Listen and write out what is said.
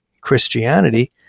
Christianity